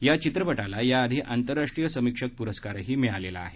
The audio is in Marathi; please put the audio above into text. या चित्रपटाला आंतरराष्ट्रीय समिक्षक पुरस्कार मिळालेला आहे